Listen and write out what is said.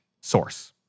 source